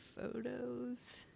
photos